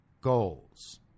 goals